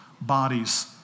bodies